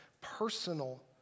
personal